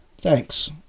thanks